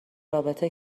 رابطه